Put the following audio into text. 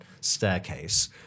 staircase